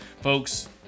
folks